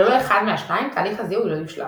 ללא אחד מהשניים תהליך הזיהוי לא יושלם.